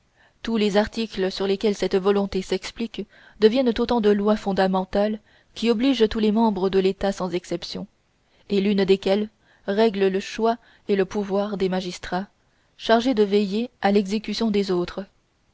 tous les articles sur lesquels cette volonté s'explique deviennent autant de lois fondamentales qui obligent tous les membres de l'état sans exception et l'une desquelles règle le choix et le pouvoir des magistrats chargés de veiller à l'exécution des autres